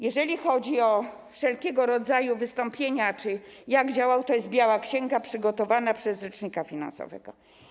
Jeżeli chodzi o wszelkiego rodzaju wystąpienia czy o to, jak działał, to jest biała księga przygotowana przez rzecznika finansowego.